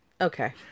Okay